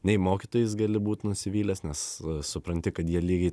nei mokytojais gali būt nusivylęs nes supranti kad jie lygiai